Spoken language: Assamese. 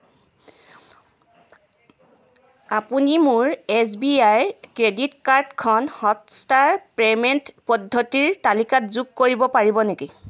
আপুনি মোৰ এছ বি আইৰ ক্ৰেডিট কাৰ্ডখন হটষ্টাৰৰ পে'মেণ্ট পদ্ধতিৰ তালিকাত যোগ কৰিব পাৰিব নেকি